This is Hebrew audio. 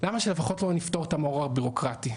למה שלפחות לא נפתור את המרור הבירוקרטי?